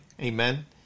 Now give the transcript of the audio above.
Amen